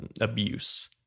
abuse